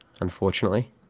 unfortunately